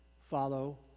follow